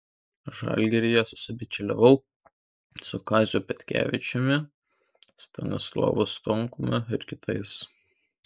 žalgiryje susibičiuliavau su kaziu petkevičiumi stanislovu stonkumi ir kitais